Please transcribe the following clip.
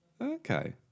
Okay